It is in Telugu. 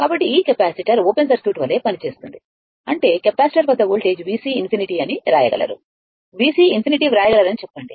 కాబట్టి ఈ కెపాసిటర్ ఓపెన్ సర్క్యూట్ వలె పనిచేస్తుంది అంటే కెపాసిటర్ వద్ద వోల్టేజ్ VC∞ అని వ్రాయగలరు VC∞ వ్రాయగలరని చెప్పండి